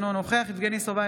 אינו נוכח יבגני סובה,